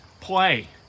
play